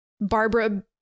Barbara